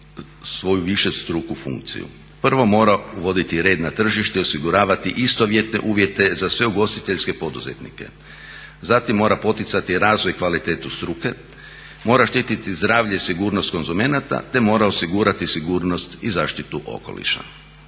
svoju višestruku funkciju. Prvo mora uvoditi red na tržište i osiguravati istovjetne uvjete za sve ugostiteljske poduzetnike. Zatim mora poticati razvoj i kvalitetu struke, mora štititi zdravlje i sigurnost konzumenata, te mora osigurati sigurnost i zaštitu okoliša.